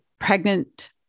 pregnant